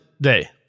day